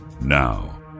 Now